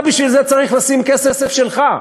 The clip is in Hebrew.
אתה בשביל זה צריך לשים כסף שלך.